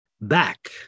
back